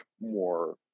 more